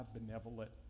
benevolent